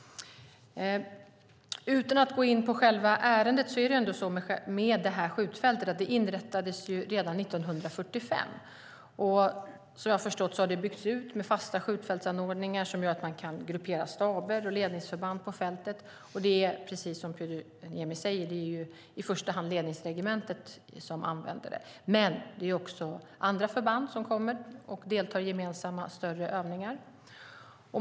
Utan att gå in på själva ärendet vill jag säga att det här skjutfältet inrättades redan 1945. Som jag har förstått det har det byggts ut med fasta skjutfältsanordningar som gör att man kan gruppera staber och ledningsförband på fältet. Det är precis som Pyry Niemi säger att det i första hand är ledningsregementet som använder det, men andra förband kommer också och deltar i gemensamma, större övningar.